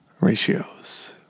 Ratios